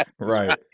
right